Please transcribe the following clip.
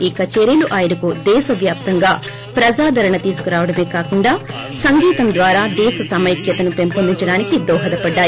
ఈ కచేరీలు ఆయనకు దేశవ్యాప్తంగా ప్రజాదరణ తీసుకురావడమే కాక సంగీతం ద్వారా దేశ సమైక్యతను పెంపొందించడానికి దోహదపడ్డాయి